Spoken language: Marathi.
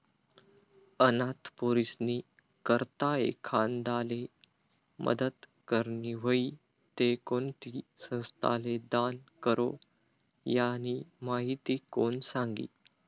अनाथ पोरीस्नी करता एखांदाले मदत करनी व्हयी ते कोणती संस्थाले दान करो, यानी माहिती कोण सांगी